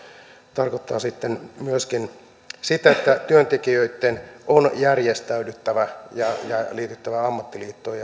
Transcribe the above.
tarkoittaa sitten myöskin sitä että työntekijöitten on järjestäydyttävä ja liityttävä ammattiliittoon